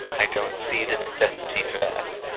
i don't see the necessity for that.